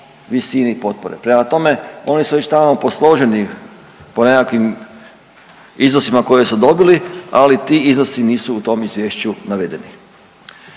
visini potpore. Prema tome, oni su već tamo posloženi po nekakvim iznosima koje su dobili, ali ti iznosi nisu u tom izvješću navedeni.